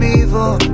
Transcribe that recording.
evil